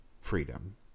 freedom